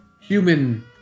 human